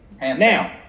Now